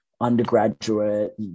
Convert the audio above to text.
undergraduate